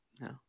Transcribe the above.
No